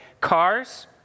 Cars